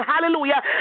hallelujah